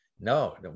No